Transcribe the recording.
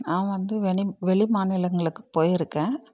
நான் வந்து வெளி வெளி மாநிலங்களுக்கு போயிருக்கேன்